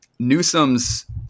Newsom's